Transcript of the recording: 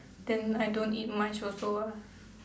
then I don't eat much also ah